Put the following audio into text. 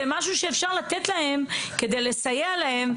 זה משהו שאפשר לתת כדי לסייע להם,